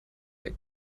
der